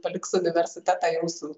paliks universitetą jūsų